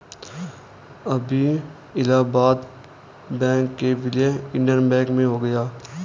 अभी इलाहाबाद बैंक का विलय इंडियन बैंक में हो गया है